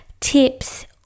tips